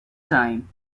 time